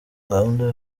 gahunda